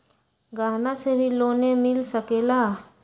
गहना से भी लोने मिल सकेला?